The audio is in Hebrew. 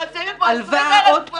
20,000 גברים